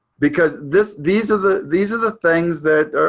because this these are the these are the things that,